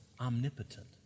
omnipotent